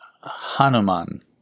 Hanuman